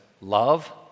love